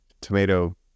tomato